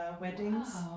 weddings